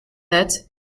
that